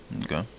Okay